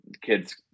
kids